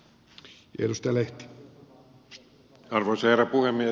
arvoisa herra puhemies